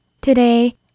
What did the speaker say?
Today